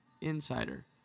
insider